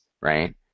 right